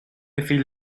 feel